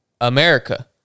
America